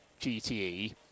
GTE